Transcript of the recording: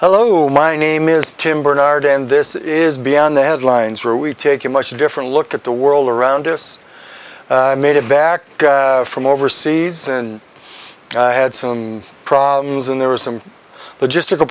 hello my name is tim bernard and this is beyond the headlines where we take a much different look at the world around us made it back from overseas and had some problems and there were some logistical